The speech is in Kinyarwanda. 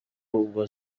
ubwo